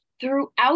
Throughout